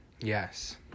yes